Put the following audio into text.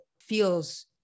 feels